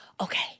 okay